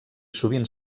sovint